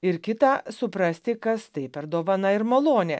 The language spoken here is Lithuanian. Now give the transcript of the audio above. ir kitą suprasti kas tai per dovana ir malonė